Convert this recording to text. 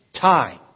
time